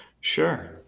sure